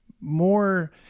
more